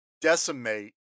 decimate